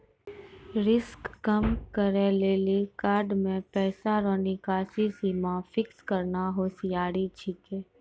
risk कम करै लेली कार्ड से पैसा रो निकासी सीमा फिक्स करना होसियारि छिकै